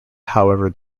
however